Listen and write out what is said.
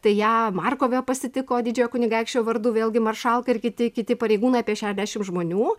tai ją markove pasitiko didžiojo kunigaikščio vardu vėlgi maršalka ir kiti kiti pareigūnai apie šešiasdešimt žmonių